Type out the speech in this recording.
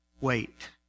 wait